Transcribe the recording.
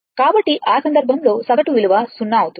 కాబట్టి ఆ సందర్భంలో సగటు విలువ 0 అవుతుంది